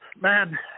Man